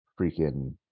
freaking